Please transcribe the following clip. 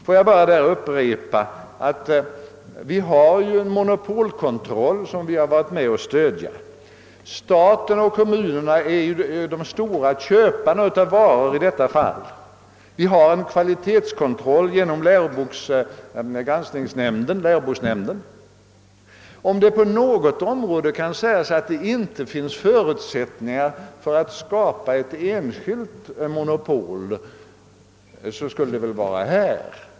Får jag bara upprepa att det ju finns en monopolkontroll, som vi alla varit med om att stödja, att staten och kommunerna i detta fall är de stora köparna av varor och att det förekommer en kvalitetskontroll av läroböcker genom läroboksnämnden. Om det på något område kan sägas att det inte finns förutsättningar för ett enskilt monopol, så skulle det väl vara här.